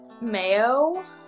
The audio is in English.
mayo